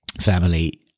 family